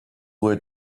where